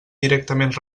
directament